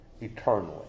eternally